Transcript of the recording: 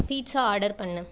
pizza order பண்ணு